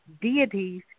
deities